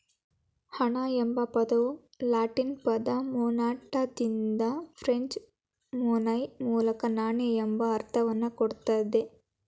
ಹಣ ಎಂಬ ಪದವು ಲ್ಯಾಟಿನ್ ಪದ ಮೊನೆಟಾದಿಂದ ಫ್ರೆಂಚ್ ಮೊನೈ ಮೂಲಕ ನಾಣ್ಯ ಎಂಬ ಅರ್ಥವನ್ನ ಕೊಡ್ತದ